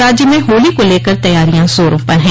राज्य में होली को लेकर तैयारियां जोरों पर हैं